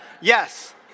Yes